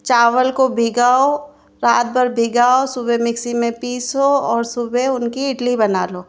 चावल को भिगाओ रातभर भिगाओ सुबह मिक्सी में पीसो और सुबह उन की इडली बना लो